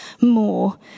more